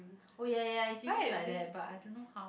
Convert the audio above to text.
oh ya ya ya is usually like that but I don't know how